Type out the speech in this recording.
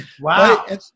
Wow